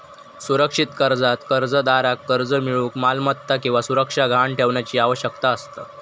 सुरक्षित कर्जात कर्जदाराक कर्ज मिळूक मालमत्ता किंवा सुरक्षा गहाण ठेवण्याची आवश्यकता असता